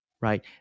right